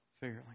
fairly